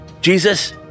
Jesus